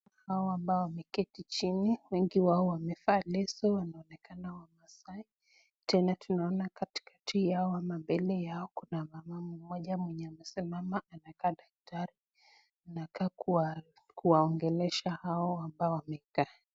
Hawa ambao wameketi chini , wengi wao wamevaa leso wanaonekana Wamaasai tena tunaona katika yao ama mbele yao kuna mama mmoja mwenye amesimama anakaa daktari anakaa kuwaongelesha hao ambao wamekaa.